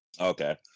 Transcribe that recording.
Okay